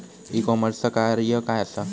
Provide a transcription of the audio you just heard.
E कॉमर्सचा कार्य काय असा?